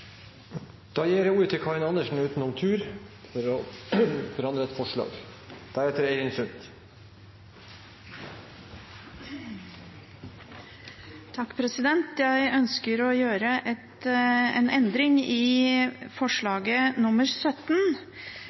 Da gir jeg ordet til representanten Karin Andersen utenom for å endre et forslag. Jeg ønsker å gjøre en endring i forslag nr. 17. Da blir forslaget